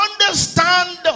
understand